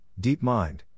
DeepMind